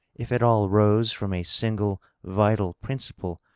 if it all rose from a single vital principle,